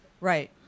Right